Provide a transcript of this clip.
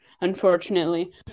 unfortunately